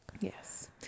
yes